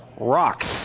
Rocks